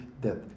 death